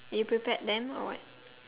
you prepared them or what